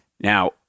Now